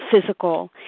physical